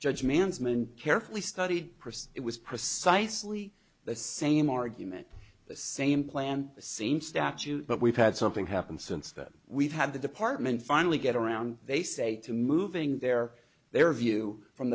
judge mansmann carefully studied person it was precisely the same argument the same plan the same statute but we've had something happen since then we've had the department finally get around they say to moving there their view from